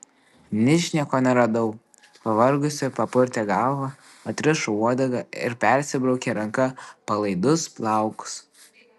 ničnieko neradau pavargusi papurtė galvą atrišo uodegą ir persibraukė ranka palaidus plaukus